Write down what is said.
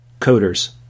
Coders